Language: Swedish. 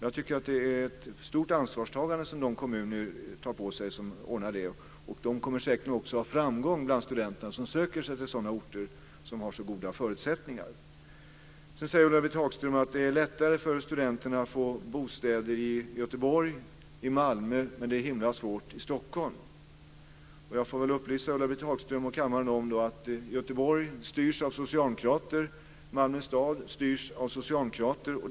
Jag tycker att det är ett stort ansvarstagande som de kommuner som ordnar detta tar på sig. De kommer säkert också att ha framgång bland studenterna, som söker sig till orter som har så här goda förutsättningar. Ulla-Britt Hagström säger att det är lättare för studenterna att få bostäder i Göteborg och Malmö, men att det är himla svårt i Stockholm. Jag får väl upplysa Ulla-Britt Hagström och kammaren om att Göteborg styrs av socialdemokrater och att Malmö stad styrs av socialdemokrater.